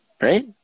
right